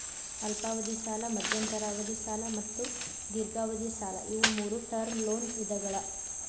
ಅಲ್ಪಾವಧಿ ಸಾಲ ಮಧ್ಯಂತರ ಅವಧಿ ಸಾಲ ಮತ್ತು ದೇರ್ಘಾವಧಿ ಸಾಲ ಇವು ಮೂರೂ ಟರ್ಮ್ ಲೋನ್ ವಿಧಗಳ